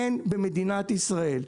אין במדינת ישראל,